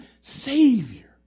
Savior